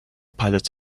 pilots